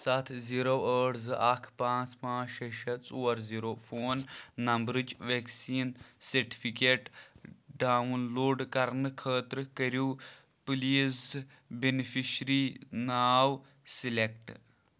سَتھ زیٖرو ٲٹھ زٕ اَکھ پانٛژھ پانٛژھ شےٚ شےٚ ژور زیٖرو فون نمبرٕچ وٮ۪کسیٖن سٔٹفِکیٹ ڈاوُن لوڈ کَرنہٕ خٲطرٕ کٔرِو پٕلیٖز بٮ۪نِفِشری ناو سِلٮ۪کٹ